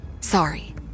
Sorry